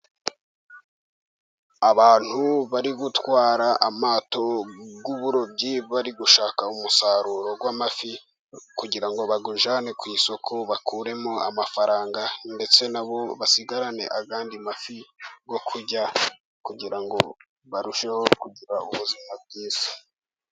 Abantu bari gutwara amato y'uburobyi bari gushaka umusaruro w'amafi, kugira ngo bawujyane ku isoko bakuremo amafaranga, ndetse nabo basigarane andi mafi yo kurya, kugira ngo barusheho kugira ubuzima bwiza.